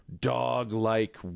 ...dog-like